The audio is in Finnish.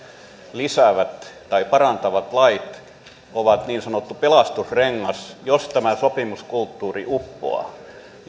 lisäävät tai parantavat lait ovat niin sanottu pelastusrengas jos tämä sopimuskulttuuri uppoaa